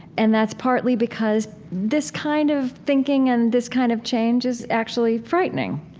and that's partly because this kind of thinking and this kind of change is actually frightening.